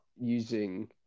using